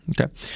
Okay